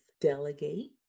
delegate